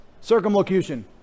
Circumlocution